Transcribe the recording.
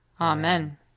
Amen